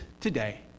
today